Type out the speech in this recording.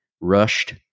rushed